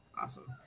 awesome